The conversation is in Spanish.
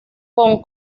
con